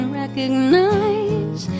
recognize